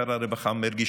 שר הרווחה מרגי,